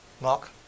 Mark